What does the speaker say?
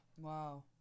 wow